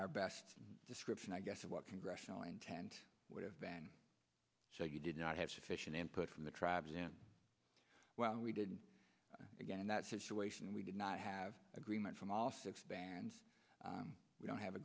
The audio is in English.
our best description i guess of what congressional intent would have been so you did not have sufficient input from the tribes in well we didn't again in that situation we did not have agreement from all six bands we don't have